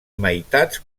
meitats